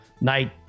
night